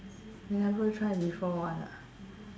never try before one ah